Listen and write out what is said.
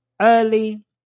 early